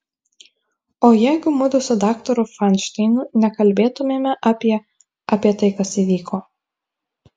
o jeigu mudu su daktaru fainšteinu nekalbėtumėme apie apie tai kas įvyko